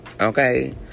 Okay